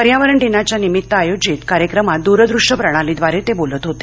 पर्यावरण दिनाच्या निमित्तानं आयोजित कार्यक्रमात द्रदृश्य प्रणालीद्वारे ते बोलत होते